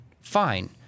Fine